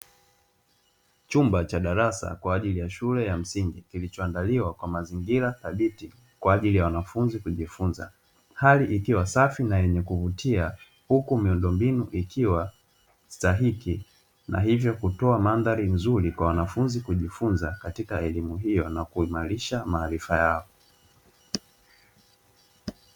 Chumba cha darasa kwa ajili ya shule ya msingi, kilichoandaliwa kwa mazingira thabiti kwa ajili ya wanafunzi kujifunza. Hali ikiwa safi na yenye kuvutia, huku miundombinu ikiwa stahiki na hivyo kutoa mandhari nzuri kwa wanafunzi kujifunza katika elimu hiyo na kuimarisha maarifa yao.